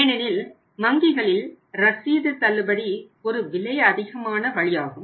ஏனெனில் வங்கிகளில் ரசீது தள்ளுபடி ஒரு விலை அதிகமான வழியாகும்